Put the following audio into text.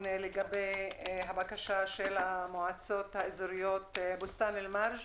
לגבי הבקשה של המועצות האזוריות בוסתן אל-מרג'